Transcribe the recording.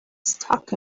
stuck